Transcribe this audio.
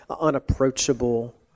unapproachable